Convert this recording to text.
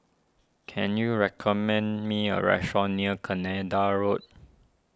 can you recommend me a restaurant near Canada Road